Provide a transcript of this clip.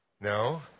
no